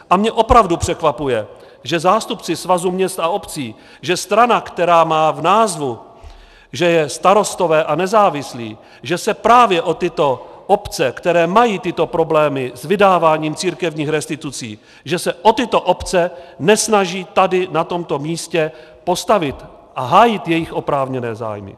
A mě opravdu překvapuje, že zástupci Svazu měst a obcí, že strana, která má v názvu Starostové a nezávislí, že se právě o tyto obce, které mají tyto problémy s vydáváním církevních restitucí, že se o tyto obce nesnaží tady na tomto místě postavit a hájit jejich oprávněné zájmy.